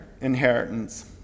inheritance